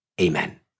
Amen